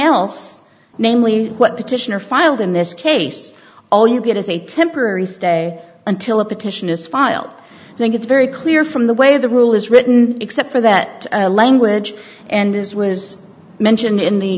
else namely what petitioner filed in this case all you get is a temporary stay until a petition is filed i think it's very clear from the way the rule is written except for that language and as was mentioned